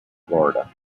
florida